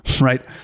right